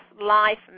life